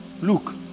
Look